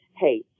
hey